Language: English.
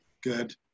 Good